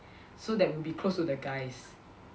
so that we will be close to the guys